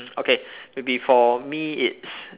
okay maybe for me it's